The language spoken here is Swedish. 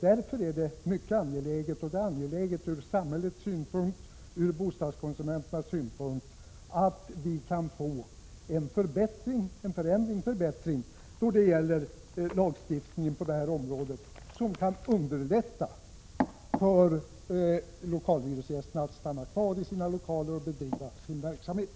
Därför är det mycket angeläget både från samhällets synpunkt och från bostadskonsumenternas synpunkt att vi kan få en förändring, en förbättring, till stånd då det gäller lagstiftningen på detta område för att göra det lättare för lokalhyresgästerna att stanna kvar i sina lokaler och att bedriva sin verksamhet.